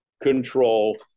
control